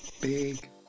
Big